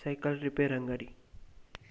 cycle repair Angadi